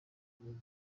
kibazo